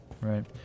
right